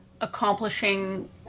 accomplishing